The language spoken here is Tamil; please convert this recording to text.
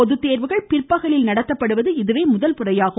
பொதுத்தேர்வுகள் பிற்பகலில் நடத்தப்படுவது இதுவே முதல் முறையாகும்